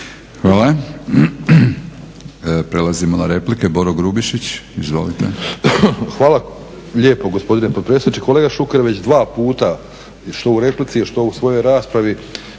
Hvala. Prelazimo na replike. Boro Grubišić, izvolite. **Grubišić, Boro (HDSSB)** Hvala lijepo gospodine potpredsjedniče. Kolega Šuker već dva puta, što u replici, što u svojoj raspravi